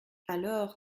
alors